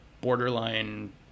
borderline